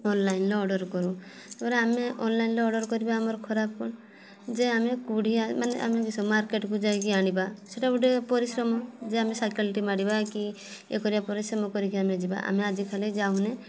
online ରେ order କରୁ ତାପରେ ଆମେ ଅନଲାଇନ୍ ରେ ଅର୍ଡ଼ର କରିବା ଖରାପ କ'ଣ ଯେ ଆମେ କୋଡ଼ିଆ ଆମେ କିସ ମାର୍କେଟ୍କୁ ଯାଇକି ଆଣିବା ସେଇଟା ଗୋଟେ ପରିଶ୍ରମ ଯେ ଆମେ ସାଇକେଲଟେ ମାରିବା କି ଇଏ କରିବା ପରେ ପରିଶ୍ରମ କରିକି ଆମେ ଯିବା ଆମେ ଆଜିକାଲି ଯାଉନେ